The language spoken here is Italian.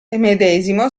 medesimo